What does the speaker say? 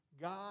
God